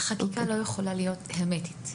החקיקה לא יכולה להיות הרמטית.